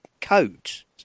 codes